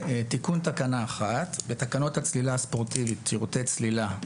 בתיקון תקנה 1 בתקנות הצלילה הספורטיבית (שירותי צלילה),